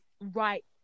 right